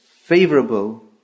favorable